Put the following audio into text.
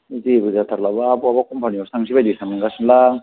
जेबो जाथारलाबा बहाबा कम्पानिआवसो थांसै बादि सानगासिनोलां